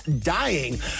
dying